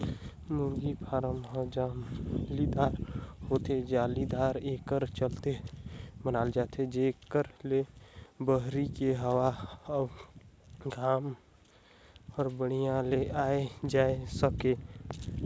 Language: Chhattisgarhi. मुरगी फारम ह जालीदार होथे, जालीदार एकर चलते बनाल जाथे जेकर ले बहरी के हवा अउ घाम हर बड़िहा ले आये जाए सके